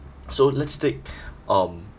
so let's take um